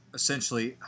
essentially